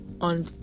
on